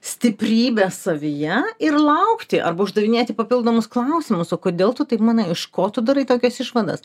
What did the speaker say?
stiprybės savyje ir laukti arba uždavinėti papildomus klausimus o kodėl tu taip manai iš ko tu darai tokias išvadas